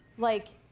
like,